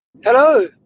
Hello